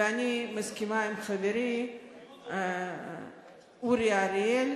ואני מסכימה עם חברי אורי אריאל,